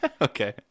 Okay